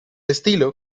estilo